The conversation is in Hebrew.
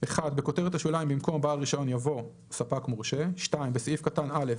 בכותרת השוליים במקום "בעל רישיון" יבוא "ספק מורשה"; בסעיף קטן (א)